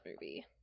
movie